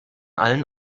allen